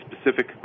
specific